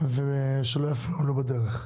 ושלא יפריעו לו בדרך.